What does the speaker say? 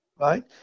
right